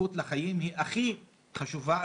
שהזכות לחיים היא הכי חשובה,